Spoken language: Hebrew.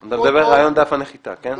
אתה מדבר על דף הנחיתה, כן?